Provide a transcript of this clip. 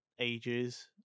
ages